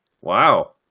Wow